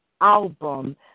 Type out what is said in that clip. album